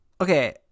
okay